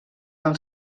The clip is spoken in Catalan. del